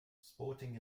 sporting